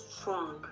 strong